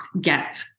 get